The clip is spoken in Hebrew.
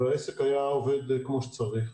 והעסק היה עובד כמו שצריך.